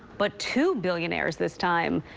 but two billionaires this time.